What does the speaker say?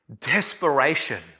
desperation